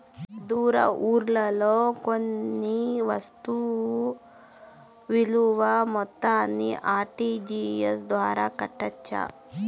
దూర ఊర్లలో కొన్న వస్తు విలువ మొత్తాన్ని ఆర్.టి.జి.ఎస్ ద్వారా కట్టొచ్చా?